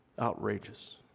Outrageous